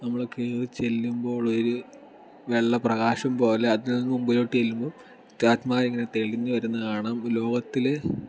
നമ്മൾ കയറിചെല്ലുമ്പോൾ ഒരു വെള്ള പ്രകാശംപോലെ അതിന് മുൻപിലോട്ടു ചെല്ലുമ്പോൾ താജ്മഹൽ ഇങ്ങനെ തെളിഞ്ഞ് വരുന്നത് കാണാം ലോകത്തിൽ